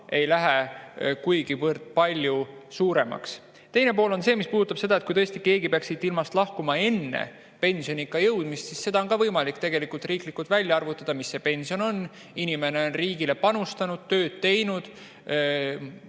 ei lähe kuigi palju suuremaks. Teine pool on see, mis puudutab seda, kui keegi peaks siit ilmast lahkuma enne pensioniikka jõudmist. Seda on ka võimalik tegelikult riiklikult välja arvutada, mis see pension oleks. Inimene on riigile panustanud, tööd teinud,